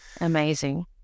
Amazing